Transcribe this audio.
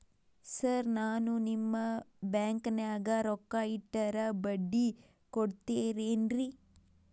Sir ನಾನು ನಿಮ್ಮ ಬ್ಯಾಂಕನಾಗ ರೊಕ್ಕ ಇಟ್ಟರ ಬಡ್ಡಿ ಕೊಡತೇರೇನ್ರಿ?